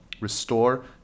restore